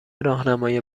راهنمای